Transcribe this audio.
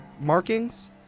markings